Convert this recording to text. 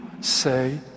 say